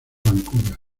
vancouver